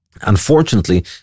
Unfortunately